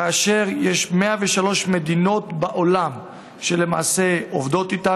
כאשר יש 103 מדינות בעולם שלמעשה עובדות איתה.